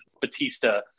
Batista